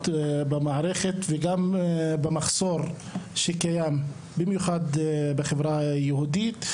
במערכת וגם במחסור שקיים במיוחד בחברה היהודית.